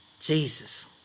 Jesus